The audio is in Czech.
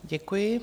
Děkuji.